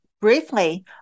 briefly